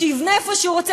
שיבנה איפה שהוא רוצה,